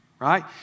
Right